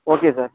okay sir